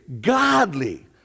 godly